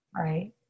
Right